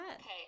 Okay